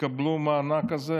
יקבלו את המענק הזה,